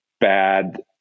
bad